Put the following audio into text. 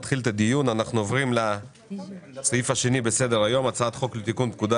אנחנו עוברים לסעיף השני על סדר היום: הצעת חוק לתיקון פקודת